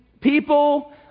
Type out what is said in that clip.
people